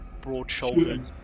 broad-shouldered